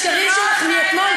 זה ממשיך את השקרים שלך מאתמול,